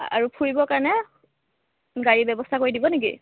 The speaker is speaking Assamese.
আৰু ফুৰিব কাৰণে গাড়ী ব্যৱস্থা কৰি দিব নেকি